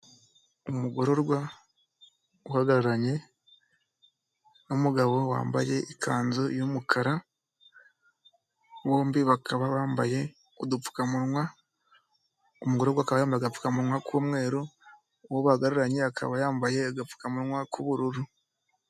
Umugororwa uhagararanye n'umugabo wambaye ikanzu y'umukara, bombi bakaba bambaye udupfukamunwa umugororwa akaba yambaye agapfukamunwa k'umweru, uwo bahagararanye akaba yambaye agapfukamunwa k'ubururu.